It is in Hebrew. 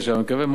אני מקווה מאוד,